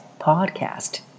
podcast